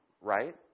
right